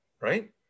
right